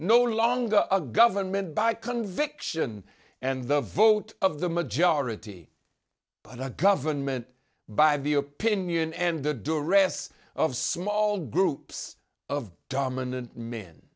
no longer a government by conviction and the vote of the majority but our government by the opinion and the duress of small groups of dominant men